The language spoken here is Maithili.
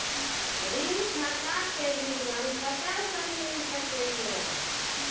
ऋण खाता के विवरण कते से मिल सकै ये?